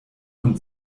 und